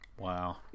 Wow